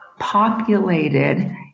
populated